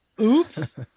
oops